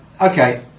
Okay